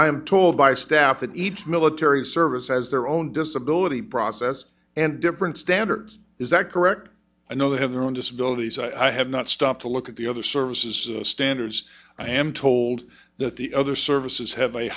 i'm told by staff that each military service has their own does ability process and different standards is that correct i know they have their own disability i have not stopped to look at the other services standards i am told that the other services have a